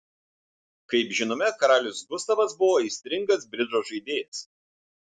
kaip žinome karalius gustavas buvo aistringas bridžo žaidėjas